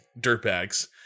dirtbags